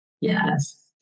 Yes